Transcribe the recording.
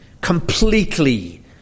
completely